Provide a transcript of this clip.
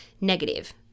negative